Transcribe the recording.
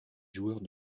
joueurs